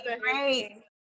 great